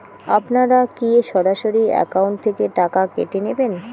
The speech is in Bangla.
আপনারা কী সরাসরি একাউন্ট থেকে টাকা কেটে নেবেন?